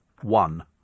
One